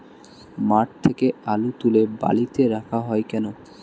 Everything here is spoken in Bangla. মাঠ থেকে আলু তুলে বালিতে রাখা হয় কেন?